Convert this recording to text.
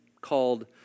called